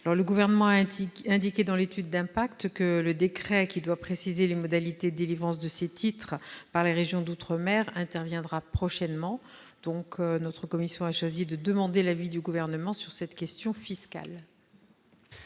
Le Gouvernement indiquait dans l'étude d'impact que le décret qui doit préciser les modalités de délivrance de ces titres par les régions d'outre-mer interviendra prochainement. Aussi la commission aimerait-elle connaître l'avis du Gouvernement sur cette question fiscale.